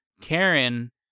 Karen